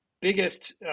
biggest